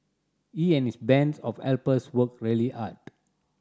he and his bands of helpers worked really hard